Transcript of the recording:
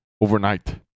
overnight